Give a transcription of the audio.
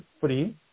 free